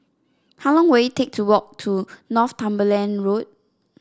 how long will it take to walk to Northumberland Road